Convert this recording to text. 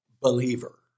believer